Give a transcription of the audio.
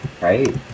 right